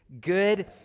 good